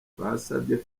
twasabye